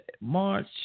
March